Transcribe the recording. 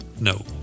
No